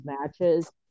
matches